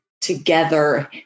together